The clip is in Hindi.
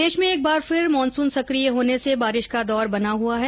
प्रदेश में एक बार फिर मानसून सक्रिय होने से बारिश का दौर बना हुआ है